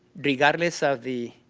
regardless of the